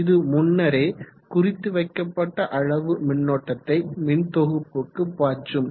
இது முன்னரே குறித்த வைக்கப்பட்ட அளவு மின்னோட்டத்தை மின்தொகுப்புக்கு பாய்ச்சும்